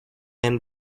and